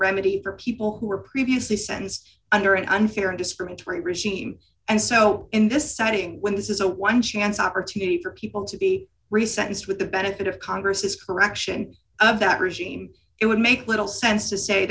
remedy for people who were previously sentenced under an unfair and discriminatory regime and so in this setting when this is a one chance opportunity for people to be resettled with the benefit of congress's correction of that regime it would make little sense to say